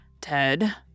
Ted